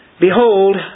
Behold